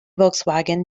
volkswagen